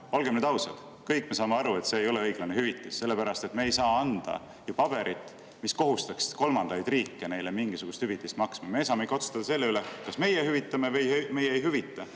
olgem ausad, kõik me saame aru, et see ei ole õiglane hüvitis, sellepärast et me ei saa anda paberit, mis kohustaks kolmandaid riike neile mingisugust hüvitist maksma. Me saame ikka otsustada selle üle, kas meie hüvitame või meie ei hüvita,